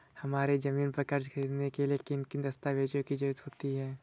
हमारी ज़मीन पर कर्ज ख़रीदने के लिए किन किन दस्तावेजों की जरूरत होती है?